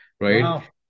right